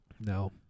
No